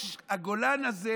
הגולן הזה